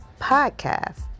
podcast